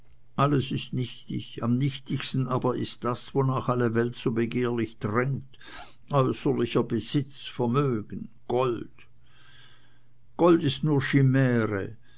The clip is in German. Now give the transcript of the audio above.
alles ist nichtig am nichtigsten aber ist das wonach alle welt so begehrlich drängt äußerlicher besitz vermögen gold gold ist nur